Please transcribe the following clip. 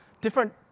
different